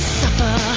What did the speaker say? suffer